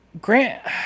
Grant